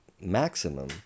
maximum